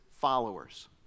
followers